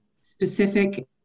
specific